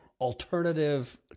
Alternative